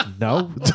No